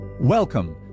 Welcome